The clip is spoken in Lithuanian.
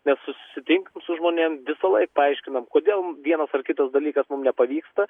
nes susitinkam su žmonėm visąlaik paaiškinam kodėl vienas ar kitas dalykas mum nepavyksta